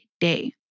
day